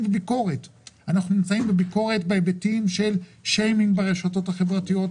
בביקורת על היבטים של שיימינג ברשתות החברתיות,